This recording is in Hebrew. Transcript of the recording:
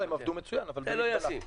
לא, הם עבדו מצוין, אבל במגבלה.